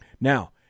Now